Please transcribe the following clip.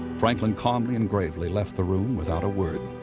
franklin calmly and gravely left the room without a word.